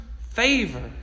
favor